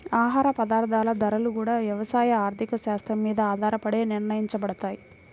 ఆహార పదార్థాల ధరలు గూడా యవసాయ ఆర్థిక శాత్రం మీద ఆధారపడే నిర్ణయించబడతయ్